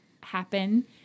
happen